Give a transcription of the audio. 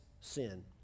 sin